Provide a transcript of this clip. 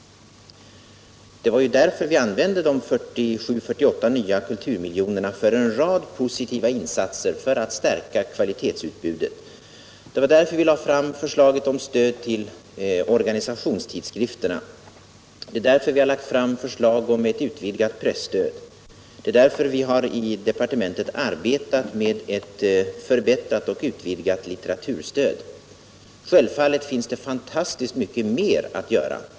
Det var därför vi använde de ca 48 nya kulturmiljonerna för en rad positiva insatser för att förstärka kvalitetsutbudet. Det var därför vi lade fram förslaget om stöd till organisationstidskrifter. Det var därför vi lade fram förslaget om utvidgat presstöd. Det är därför vi arbetat i departementet med att förbättra och utvidga litteraturstödet. Självfallet finns det väldigt mycket mer att göra.